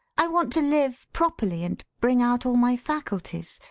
i want to live properly and bring out all my faculties.